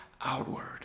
outward